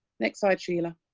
next, slide sheila.